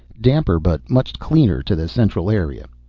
damper but much cleaner to the central area.